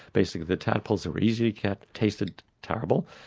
basically the tadpoles that were easy to catch tasted terrible.